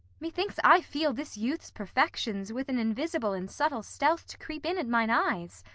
methinks i feel this youth's perfections with an invisible and subtle stealth to creep in at mine eyes.